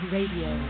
Radio